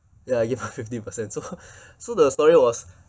ya I give her fifty percent so so the story was